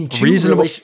reasonable